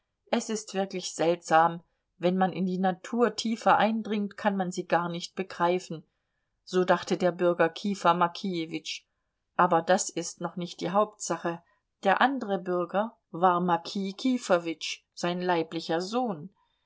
es ist wirklich seltsam wenn man in die natur tiefer eindringt kann man sie gar nicht begreifen so dachte der bürger kifa mokijewitsch aber das ist noch nicht die hauptsache der andere bürger war mokij kifowitsch sein leiblicher sohn